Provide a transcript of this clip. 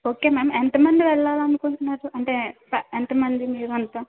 okay ma'am ఎంత మంది వెళ్ళాలి అనుకుంటున్నారు అంటే ఎ ఎంత మంది మీరంతా